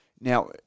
now